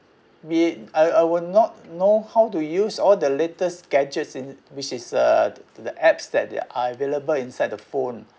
be it I I will not know how to use all the latest gadgets in which is err the the apps that that are available inside the phone